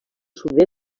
sud